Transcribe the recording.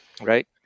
right